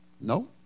No